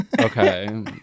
okay